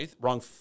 wrong